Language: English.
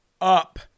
up